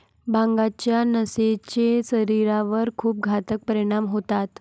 भांगाच्या नशेचे शरीरावर खूप घातक परिणाम होतात